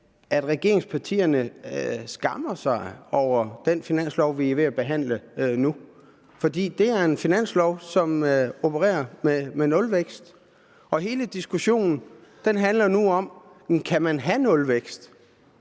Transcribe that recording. at regeringspartierne skammer sig over den finanslov, vi er ved at behandle nu, for det er en finanslov, som opererer med nulvækst, og hele diskussionen handler nu om: Jamen kan man have nulvækst?